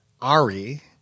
Ari